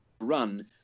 run